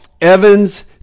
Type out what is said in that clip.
Evans